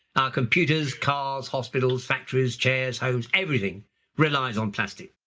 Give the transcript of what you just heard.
our computers, cars, hospitals, factories, chairs, homes, everything relies on plastic.